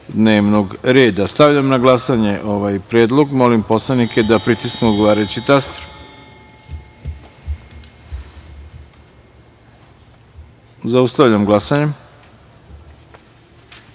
dnevnog reda. Stavljam na glasanje ovaj predlog. Molim poslanike da pritisnu odgovarajući taster. Zaključujem glasanje